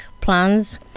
plans